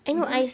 you don't